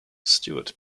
stewart